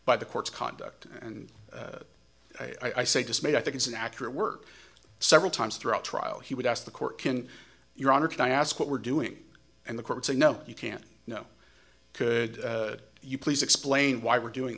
by the court's conduct and i say dismayed i think it's an accurate work several times throughout trial he would ask the court can your honor can i ask what we're doing and the court said no you can't know could you please explain why we're doing